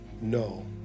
no